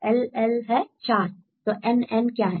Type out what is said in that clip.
LL है 4 तो NN क्या है